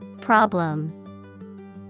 Problem